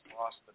lost